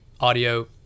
audio